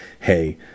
hey